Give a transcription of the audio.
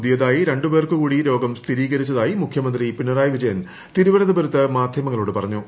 പുതിയതായി രണ്ടു പേർക്കു കൂടി രോഗം സ്ഥിരീകരിച്ചതായി മുഖ്യമന്ത്രി പിണറായി വിജയൻ തിരുവനന്തപുരത്ത് മാധ്യമങ്ങളോട് പറഞ്ഞു